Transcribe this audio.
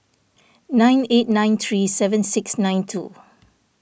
nine eight nine three seven six nine two